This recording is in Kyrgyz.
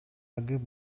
агып